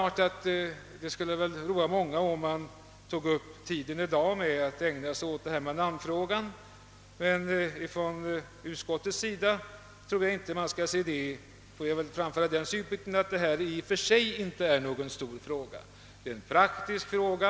Det skulle väl roa många om vi tog upp tiden i dag med namnfrågan, men för utskottet är detta i och för sig inte någon stor fråga. Det är en praktisk fråga.